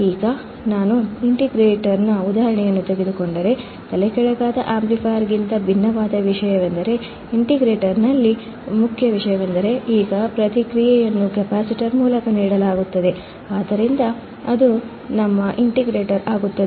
ಈಗ ನಾನು ಇಂಟಿಗ್ರೇಟರ್ನ ಉದಾಹರಣೆಯನ್ನು ತೆಗೆದುಕೊಂಡರೆ ತಲೆಕೆಳಗಾಗದ ಆಂಪ್ಲಿಫೈಯರ್ಗಿಂತ ಭಿನ್ನವಾದ ವಿಷಯವೆಂದರೆ ಇಂಟಿಗ್ರೇಟರ್ನಲ್ಲಿನ ಮುಖ್ಯ ವಿಷಯವೆಂದರೆ ಈಗ ಪ್ರತಿಕ್ರಿಯೆಯನ್ನು ಕೆಪಾಸಿಟರ್ ಮೂಲಕ ನೀಡಲಾಗುತ್ತದೆ ಆದ್ದರಿಂದ ಅದು ನಮ್ಮ ಇಂಟಿಗ್ರೇಟರ್ ಆಗುತ್ತದೆ